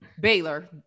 Baylor